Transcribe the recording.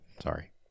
Sorry